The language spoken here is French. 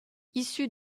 issu